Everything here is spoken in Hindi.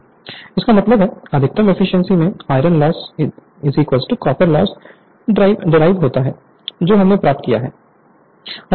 Refer Slide Time 3119 इसका मतलब है अधिकतम एफिशिएंसी में iron loss copper loss drive होता हैजो हमने प्राप्त की है